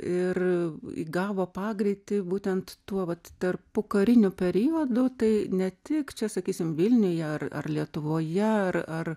ir įgavo pagreitį būtent tuo vat tarp pokariniu periodu tai ne tik čia sakysim vilniuje ar ar lietuvoje ar ar